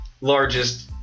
largest